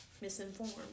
misinformed